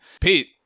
Pete